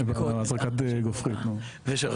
זה מה